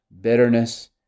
bitterness